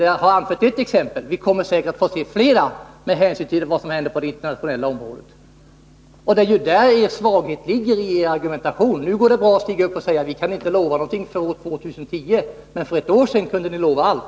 Jag har anfört ett exempel, och vi kommer säkert att få se flera med tanke på vad som händer på det internationella området. Och där ligger ju svagheten i er argumentation. Nu går det bra för er att stiga upp och säga att ni inte kan lova någonting före år 2010 — men för ett år sedan kunde ni lova allt.